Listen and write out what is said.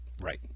Right